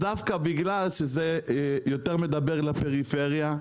דווקא בגלל שזה יותר מדבר לפריפריה,